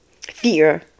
Fear